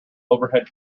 overhead